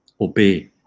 obey